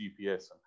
GPS